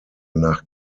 nach